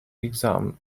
exam